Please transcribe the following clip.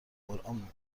قرآن